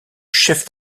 chef